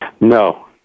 No